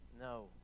no